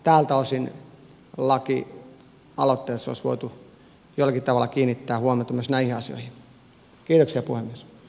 tältä osin lakialoitteessa olisi voitu jollakin tavalla kiinnittää huomiota myös näihin asioihin